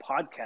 podcast